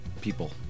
people